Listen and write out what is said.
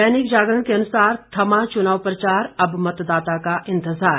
दैनिक जागरण के अनुसार थमा चुनाव प्रचार अब मतदाता का इंतजार